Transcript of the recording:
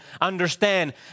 understand